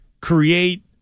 create